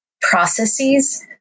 processes